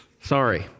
Sorry